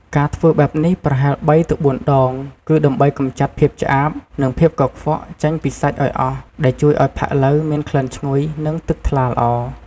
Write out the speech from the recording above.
ការធ្វើបែបនេះប្រហែលបីទៅបួនដង គឺដើម្បីកម្ចាត់ភាពឆ្អាប និងភាពកខ្វក់ចេញពីសាច់ឱ្យអស់ ដែលជួយឱ្យផាក់ឡូវមានក្លិនឈ្ងុយ និងទឹកថ្លាល្អ។